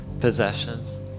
possessions